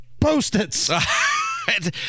Post-its